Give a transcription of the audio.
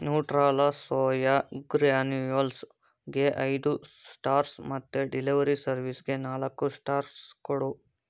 Nutrela soya ಗ್ರ್ಯಾನ್ಯೂಲ್ಸ್ಗೆ ಐದು stars ಮತ್ತು ಡೆಲಿವರಿ ಸರ್ವಿಸ್ಗೆ ನಾಲ್ಕು ಸ್ಟಾರ್ಸ್ ಕೊಡು